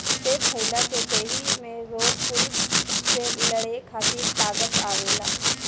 सेब खइला से देहि में रोग कुल से लड़े खातिर ताकत आवेला